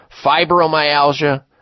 fibromyalgia